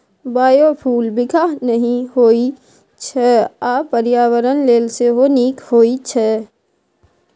biofuel बिखाह नहि होइ छै आ पर्यावरण लेल सेहो नीक होइ छै